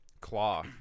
Claw